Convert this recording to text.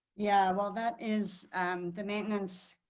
yeah. well, that is and the maintenance.